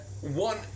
one